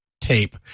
tape